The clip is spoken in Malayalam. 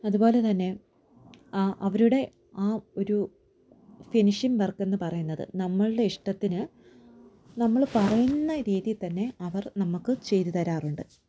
അതുപോലെതന്നെ ആ അവരുടെ ആ ഒരു ഫിനിഷിംഗ് വർക്ക് എന്നു പറയുന്നത് നമ്മളുടെ ഇഷ്ടത്തിന് നമ്മൾ പറയുന്ന രീതിതന്നെ അവർ നമുക്ക് ചെയ്തു തരാറുണ്ട്